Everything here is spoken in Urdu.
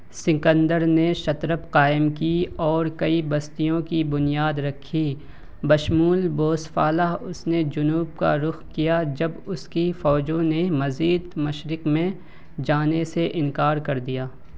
سکندر نے شترپ قائم کی اور کئی بستیوں کی بنیاد رکھی بشمول بوسفالہ اس نے جنوب کا رخ کیا جب اس کی فوجوں نے مزید مشرق میں جانے سے انکار کر دیا